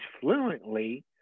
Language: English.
fluently